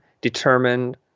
determined